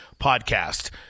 podcast